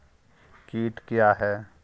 कीट क्या है?